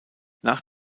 nach